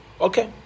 Okay